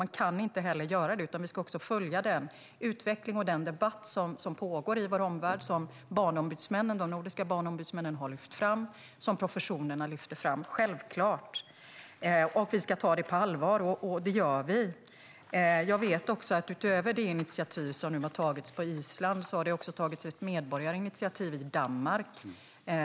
Vi ska självklart följa den utveckling och den debatt som pågår i vår omvärld, som de nordiska barnombudsmännen har lyft fram och som professionerna lyfter fram. Frågan ska tas på allvar - och vi gör det. Jag vet också att utöver det initiativ som har tagits på Island har det också tagits ett medborgarinitiativ i Danmark.